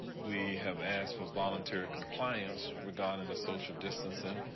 we have asked for voluntary compliance regarding the social distancing.